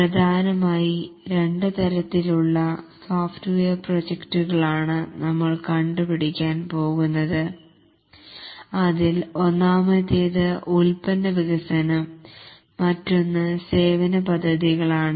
പ്രധാനമായി രണ്ടു തരത്തിലുള്ള സോഫ്റ്റ്വെയർ പ്രോജക്ടുകളാണു നമ്മൾ കണ്ടുപിടിക്കാൻ പോകുന്നത് അതിൽ ഒന്നാമത്തേത് ഉൽപ്പന വികസനം മറ്റൊന്ന് സേവന പദ്ധതികളാണ്